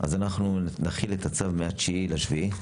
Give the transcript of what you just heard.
אז אנחנו נחיל את הצו מה-9 ביולי.